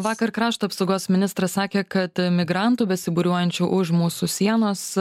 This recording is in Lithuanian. vakar krašto apsaugos ministras sakė kad migrantų besibūriuojančių už mūsų sienos